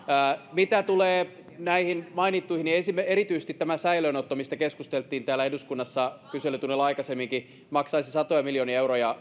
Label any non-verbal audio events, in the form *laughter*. mitä tulee näihin mainittuihin erityisesti tämä säilöönotto mistä keskusteltiin täällä eduskunnassa kyselytunnilla aikaisemminkin maksaisi satoja miljoonia euroja *unintelligible*